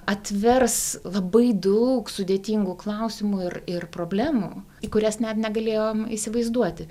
atvers labai daug sudėtingų klausimų ir ir problemų į kurias net negalėjom įsivaizduoti